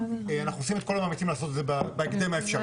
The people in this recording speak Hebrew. אנחנו עושים את כל המאמצים לעשות את זה בהקדם האפשרי.